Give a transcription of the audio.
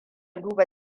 duba